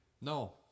No